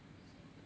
(uh huh)